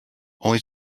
only